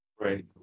Right